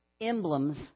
emblems